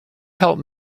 help